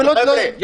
הרי